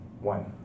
one